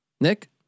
Nick